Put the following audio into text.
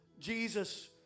Jesus